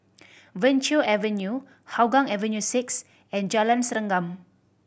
Venture Avenue Hougang Avenue Six and Jalan Serengam